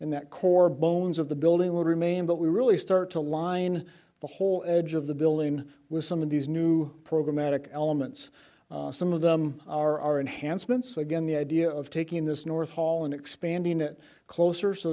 and that core bones of the building will remain but we really start to line the whole edge of the building with some of these new program magic elements some of them are enhancements again the idea of taking this north hall and expanding it closer so